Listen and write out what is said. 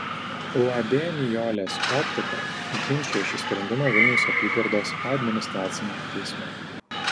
uab nijolės optika ginčija šį sprendimą vilniaus apygardos administraciniame teisme